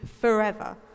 forever